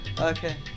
Okay